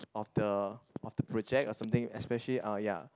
of the of the project or something especially uh ya